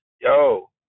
Yo